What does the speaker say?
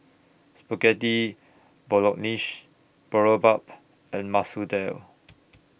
Spaghetti Bolognese Boribap and Masoor Dal